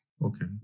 Okay